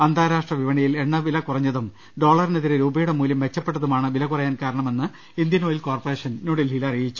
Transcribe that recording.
അന്താരാഷ്ട്ര വിപണിയിൽ എണ്ണവില കുറഞ്ഞതും ഡോളറിനെതിരെ രൂപയുടെ മൂല്യം മെച്ചപ്പെട്ടതു മാണ് വില കുറയാൻ കാരണമെന്ന് ഇന്ത്യൻ ഒായിൽ കോർപ്പറേഷൻ ന്യൂഡൽഹിയിൽ അറിയിച്ചു